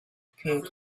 appeared